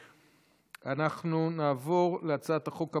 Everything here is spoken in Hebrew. אנחנו נעבור להצעת החוק הבאה,